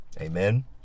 Amen